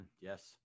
Yes